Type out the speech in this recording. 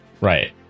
Right